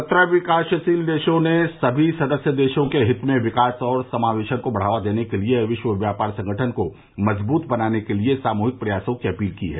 सत्रह विकासशील देशों ने सभी सदस्य देशों के हित में विकास और समावेशन को बढ़ावा देने के लिए विश्व व्यापार संगठन को मजबूत बनाने के सामूहिक प्रयासों की अपील की है